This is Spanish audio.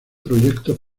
proyecto